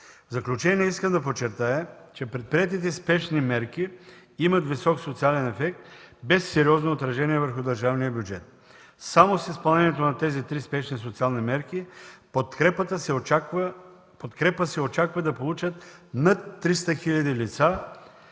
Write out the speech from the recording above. заключение искам да подчертая, че предприетите спешни мерки имат висок социален ефект без сериозно отражение върху държавния бюджет. Само с изпълнението на тези три спешни социални мерки подкрепа се очаква да получат над 300 хиляди лица,